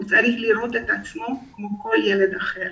הוא צריך לראות עצמו כמו כל ילד אחר.